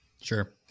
Sure